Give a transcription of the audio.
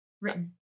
Written